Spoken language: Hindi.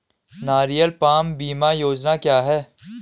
नारियल पाम बीमा योजना क्या है?